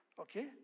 Okay